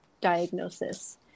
diagnosis